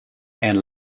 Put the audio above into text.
and